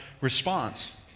response